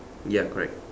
ya correct